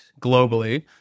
globally